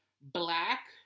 Black